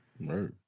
right